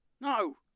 No